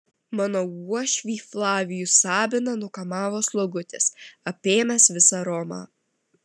mano uošvį flavijų sabiną nukamavo slogutis apėmęs visą romą